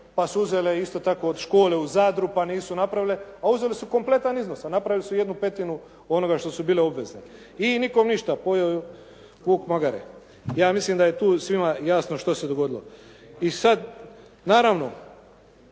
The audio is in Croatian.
pa su uzele isto tako od škole u Zadru, pa nisu napravile, a uzele su kompletan iznos, a napravile su jednu petinu onoga što su bile obvezne. I nikome ništa, pojeo vuk magare. Ja mislim da je tu svima jasno što se tu dogodilo. I sada naravno